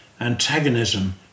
antagonism